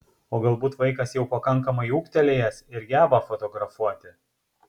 o galbūt vaikas jau pakankamai ūgtelėjęs ir geba fotografuoti